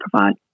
provide